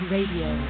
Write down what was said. Radio